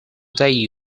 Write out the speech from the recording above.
day